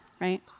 right